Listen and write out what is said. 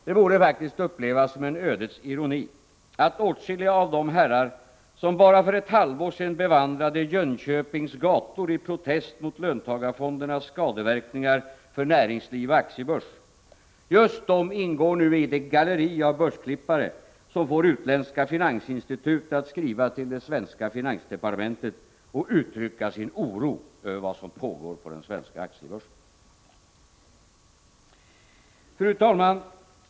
Det borde faktiskt upplevas som en ödets ironi, att åtskilliga av de herrar som bara för ett halvår sedan bevandrade Jönköpings gator i protest mot löntagarfondernas skadeverkningar för näringsliv och aktiebörs nu ingår i det galleri av börsklippare, som får utländska finansinstitut att skriva till det svenska finansdepartementet och uttrycka sin oro över vad som pågår på den svenska aktiebörsen. Fru talman!